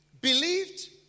believed